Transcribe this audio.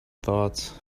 thoughts